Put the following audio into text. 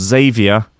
Xavier